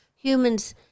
Humans